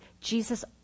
Jesus